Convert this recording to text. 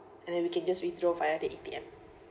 and then we can just withdraw via the A_T_M